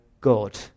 God